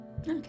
Okay